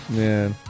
man